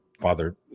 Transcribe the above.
Father